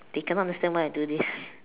they cannot understand why I do this